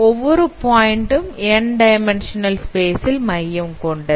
ஒவ்வொரு பாயிண்ட் ம் n dimensional space ல் மையம் கொண்டது